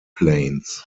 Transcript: planes